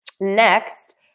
Next